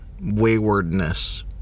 waywardness